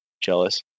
jealous